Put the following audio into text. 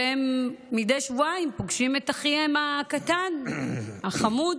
והם מדי שבועיים פוגשים את אחיהם הקטן החמוד.